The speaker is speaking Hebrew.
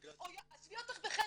עזבי אותך בחצי,